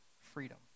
freedom